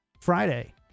Friday